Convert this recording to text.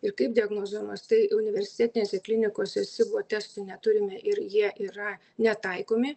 ir kaip diagnozuojamas tai universitetinėse klinikose sibo testų neturime ir jie yra netaikomi